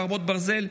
חרבות ברזל),